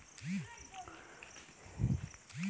अपन मेहनत कर कमई हर कोनो भी मइनसे ल होए ओहर पूरथे